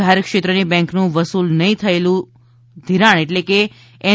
જાહેર ક્ષેત્રની બેન્કનું વસૂલ નહીં થઈ રહેલું ઘિરાણ એટ લે કે એન